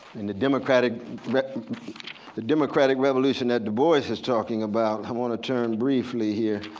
in the democratic the democratic revolution that du bois is is talking about. i want to turn briefly here,